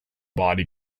body